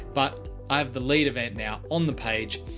but i have the lead event now on the page.